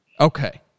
Okay